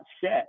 set